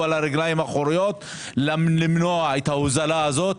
על הרגליים האחוריות למנוע את ההוזלה הזאת.